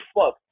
fuck